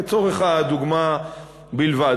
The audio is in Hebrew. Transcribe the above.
לצורך הדוגמה בלבד.